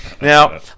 Now